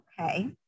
Okay